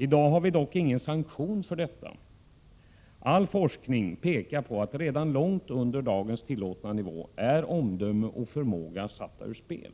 I dag har vi dock ingen sanktion för detta. All forskning pekar på att omdöme och förmåga är satta ur spel redan långt under dagens tillåtna nivå.